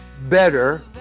better